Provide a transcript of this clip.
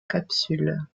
capsule